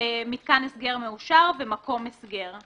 מתקן הסגר מאושר ומקום הסגר.